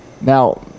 Now